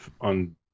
on